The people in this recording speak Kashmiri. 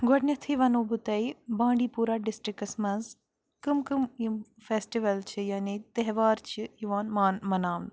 گۄڈنیٚتھٕے وَنو بہٕ تۄہہِ بانڈی پوٗرا ڈِسٹِرکس منٛز کٕم کٕم یِم فیٚسٹول چھِ یعنے تیٚہوار چھِ یِوان مان مَناونہٕ